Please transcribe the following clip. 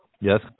Yes